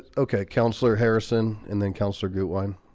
okay councillor harrison and then councillor gutwein